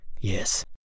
Yes